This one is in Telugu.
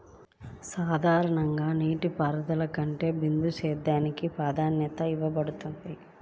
సాధారణ నీటిపారుదల కంటే బిందు సేద్యానికి ప్రాధాన్యత ఇవ్వబడుతుంది